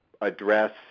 address